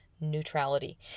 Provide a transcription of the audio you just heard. neutrality